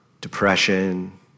depression